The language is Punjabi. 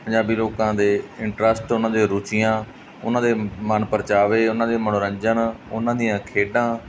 ਪੰਜਾਬੀ ਲੋਕਾਂ ਦੇ ਇੰਟਰਸਟ ਉਹਨਾਂ ਦੇ ਰੁਚੀਆਂ ਉਹਨਾਂ ਦੇ ਮਨ ਪਰਚਾਵੇ ਉਹਨਾਂ ਦੇ ਮਨੋਰੰਜਨ ਉਹਨਾਂ ਦੀਆਂ ਖੇਡਾਂ